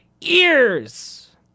ears